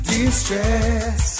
Distress